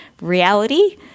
reality